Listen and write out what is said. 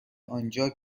آنجا